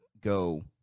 go